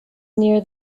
near